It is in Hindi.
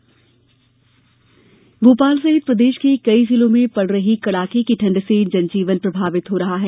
मौसम भोपाल सहित प्रदेश के कई जिलों में पड़ रही कड़ाके की ठंड से जनजीवन प्रभावित हो रहा है